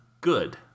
good